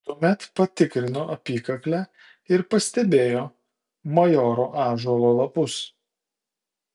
tuomet patikrino apykaklę ir pastebėjo majoro ąžuolo lapus